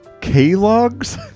K-Logs